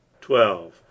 Twelve